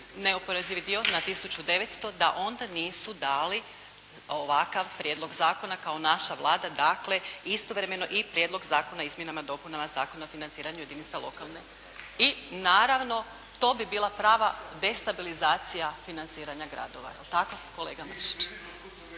neoporezivi dio na 1.900,00 da onda nisu dali ovakav prijedlog zakona kao naša Vlada, dakle istovremeno i Prijedlog zakona o izmjenama i dopunama Zakona o financiranju jedinica lokalne i ravno to bi bila prva destabilizacija financiranja gradova. Jel' tako kolega Mršić?